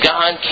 God